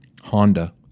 honda